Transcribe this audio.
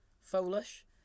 Foolish